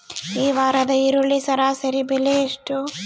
ಈ ವಾರದ ಈರುಳ್ಳಿ ಸರಾಸರಿ ಬೆಲೆ ಎಷ್ಟು?